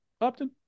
Upton